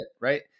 Right